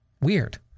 Weird